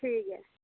ठीक ऐ